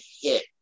hit